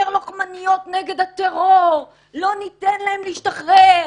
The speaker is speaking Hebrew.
לוחמניות נגד הטרור: לא ניתן להם להשתחרר,